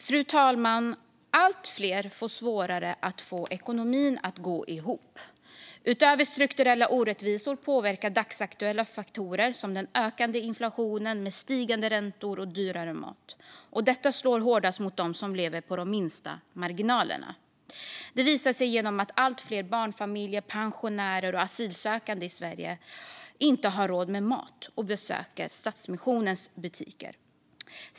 Fru talman! Allt fler får svårare att få ekonomin att gå ihop. Utöver strukturella orättvisor påverkar dagsaktuella faktorer, till exempel den ökande inflationen med stigande räntor och dyrare mat. Detta slår hårdast mot dem som lever med de minsta marginalerna, och det visar sig genom att allt fler barnfamiljer, pensionärer och asylsökande i Sverige inte har råd med mat och besöker Stadsmissionens butiker.